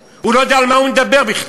בכלל, הוא לא יודע על מה הוא מדבר בכלל.